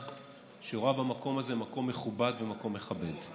שרואה במקום הזה מקום מכובד ומקום מכבד.